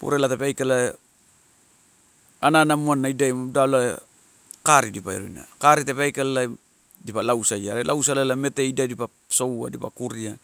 purela tapa aikala, ana anamuana idai m ida loai kari dip a iruina, kari tape aikala dipa lausaia, are lausala ela mete ida dipa soua dipa kuria.